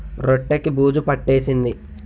రొట్టె కి బూజు పట్టేసింది